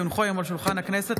כי הונחו היום על שולחן הכנסת,